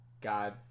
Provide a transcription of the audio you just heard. god